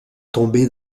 tomber